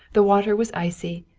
the water was icy,